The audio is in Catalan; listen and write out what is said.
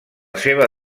seva